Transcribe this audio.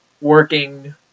working